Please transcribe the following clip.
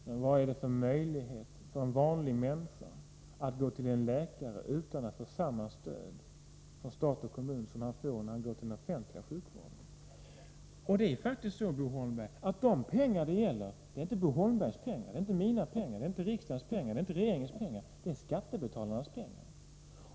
Men vad finns det för möjlighet för en vanlig människa att gå till en läkare utan att få samma stöd från stat och kommun som han får när han går till den offentliga sjukvården? De pengar det gäller är faktiskt inte Bo Holmbergs pengar, det är inte mina pengar, det är inte riksdagens pengar, det är inte regeringens pengar — det är skattebetalarnas pengar.